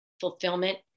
fulfillment